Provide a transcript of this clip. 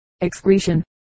excretion